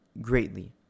greatly